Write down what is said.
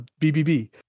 BBB